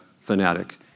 fanatic